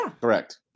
Correct